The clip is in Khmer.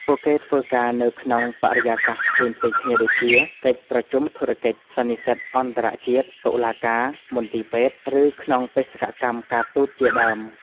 ពួកគេធ្វើការនៅក្នុងបរិយាកាសផ្សេងៗគ្នាដូចជា កិច្ចប្រជុំធុរកិច្ច សន្និសីទអន្តរជាតិ តុលាការ មន្ទីរពេទ្យ ឬក្នុងបេសកកម្មការទូតជាដើម។